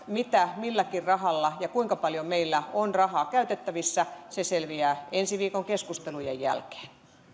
mitä milläkin rahalla ja kuinka paljon meillä on rahaa käytettävissä selviävät ensi viikon keskustelujen jälkeen